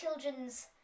children's